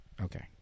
Okay